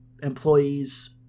employees